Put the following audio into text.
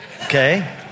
okay